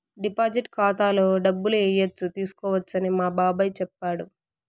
deposit ఖాతాలో డబ్బులు ఏయచ్చు తీసుకోవచ్చని మా బాబాయ్ చెప్పాడు